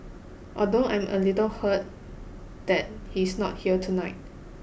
although I am a little hurt that he's not here tonight